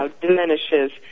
diminishes